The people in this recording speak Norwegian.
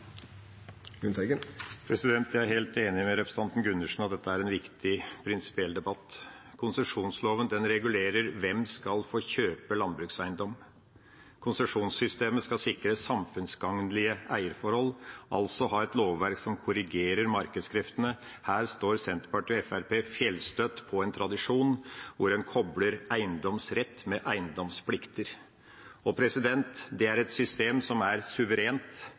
dag. Jeg er helt enig med representanten Gundersen i at dette er en viktig prinsipiell debatt. Konsesjonsloven regulerer hvem som skal få kjøpe landbrukseiendommer. Konsesjonssystemet skal sikre samfunnsgagnlige eierforhold, altså ha et lovverk som korrigerer markedskreftene. Her står Senterpartiet og Fremskrittspartiet helstøtt på en tradisjon hvor en kobler eiendomsrett med eiendomsplikter. Det er et suverent system. Det er et personlig eierskap med plikter. Internasjonalt er det suverent.